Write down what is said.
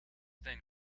then